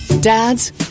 Dad's